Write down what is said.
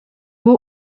were